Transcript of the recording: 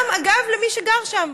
גם, אגב, למי שגר שם.